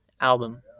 album